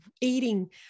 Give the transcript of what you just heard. eating